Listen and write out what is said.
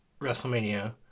WrestleMania